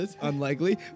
Unlikely